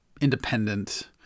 independent